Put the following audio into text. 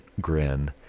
grin